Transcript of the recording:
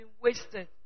wasted